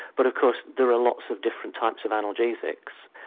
but of course there are lots of different types of analgesics.